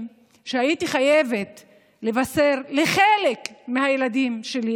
כשהייתי חייבת לבשר לחלק מהילדים שלי,